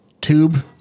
tube